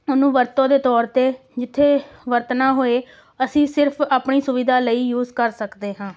ਉਹਨੂੰ ਵਰਤੋਂ ਦੇ ਤੌਰ 'ਤੇ ਜਿੱਥੇ ਵਰਤਣਾ ਹੋਵੇ ਅਸੀਂ ਸਿਰਫ ਆਪਣੀ ਸੁਵਿਧਾ ਦੇ ਲਈ ਯੂਜ ਕਰ ਸਕਦੇ ਹਾਂ